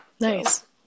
Nice